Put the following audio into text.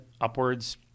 upwards